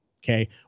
okay